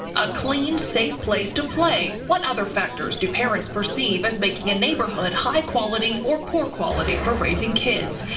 a clean, safe place to play, what other factors do parents perceive as making a neighborhood high quality or poor quality for raising kids?